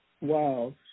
wow